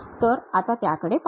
तर आता त्याकडे पाहू